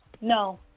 No